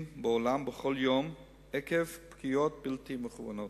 בעולם בכל יום עקב פגיעות בלתי מכוונות.